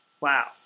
Wow